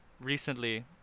recently